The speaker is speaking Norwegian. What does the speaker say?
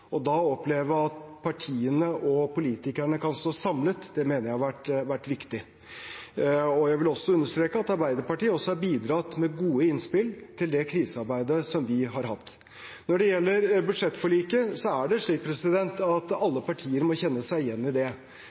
oppleve at politikerne og partiene kan stå samlet, mener jeg har vært viktig. Jeg vil understreke at Arbeiderpartiet også har bidratt med gode innspill til det krisearbeidet vi har hatt. Når det gjelder budsjettforliket, er det slik at alle partier må kjenne seg igjen i det.